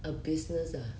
a business ah